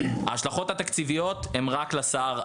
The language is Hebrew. ההשלכות התקציביות הן רק לשר,